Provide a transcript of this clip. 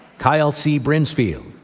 kyle c. brincefield,